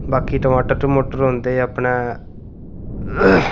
बाकी टमाटर टमूटर होंदे अपने